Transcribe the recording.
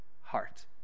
heart